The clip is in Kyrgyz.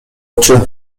болчу